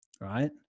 Right